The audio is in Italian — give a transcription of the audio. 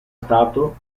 stato